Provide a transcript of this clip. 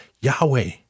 Yahweh